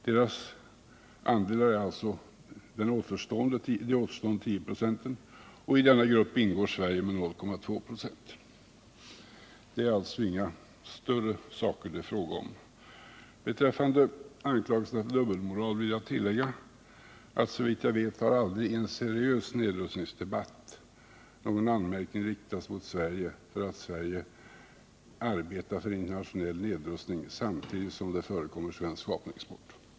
Deras andel är alltså de återstående 10 procenten, och i denna grupp ingår Sverige med 0,2 96. Beträffande anklagelsen för dubbelmoral vill jag tillägga att såvitt jag vet har aldrig i en seriös nedrustningsdebatt någon anmärkning riktats mot Sverige för att Sverige arbetar för internationell nedrustning samtidigt som det förekommer svensk vapenexport.